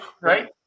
right